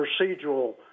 procedural